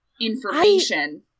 information